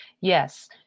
Yes